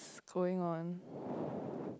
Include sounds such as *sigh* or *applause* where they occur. s~ going on *breath*